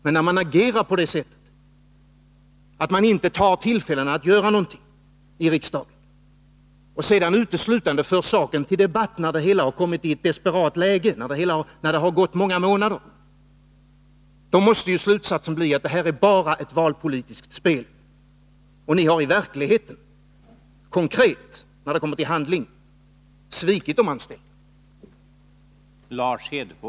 Men när man agerar på det sättet att man inte begagnar tillfällen att göra någonting i riksdagen och sedan för saken till debatt uteslutande när det har gått många månader och det hela har kommit i ett desperat läge, måste slutsatsen bli att det bara är ett valpolitiskt spel. Ni har i verkligheten — konkret, när det kommit till handling — svikit de anställda.